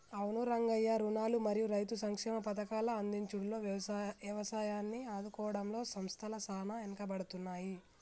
అవును రంగయ్య రుణాలు మరియు రైతు సంక్షేమ పథకాల అందించుడులో యవసాయాన్ని ఆదుకోవడంలో సంస్థల సాన ఎనుకబడుతున్నాయి